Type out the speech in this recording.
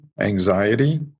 anxiety